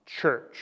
church